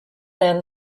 then